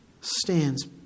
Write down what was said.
stands